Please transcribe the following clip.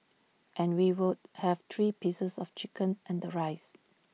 and we would have three pieces of chicken and the rice